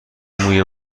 موی